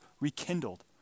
rekindled